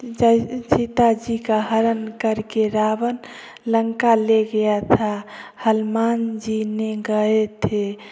सीता जी का हरण करके रावण लंका ले गया था हनुमान जी ने गए थे